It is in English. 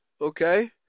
Okay